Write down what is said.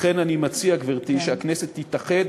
לכן אני מציע, גברתי, שהכנסת תתאחד